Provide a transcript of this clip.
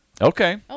Okay